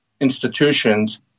institutions